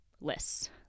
Lists